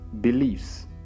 beliefs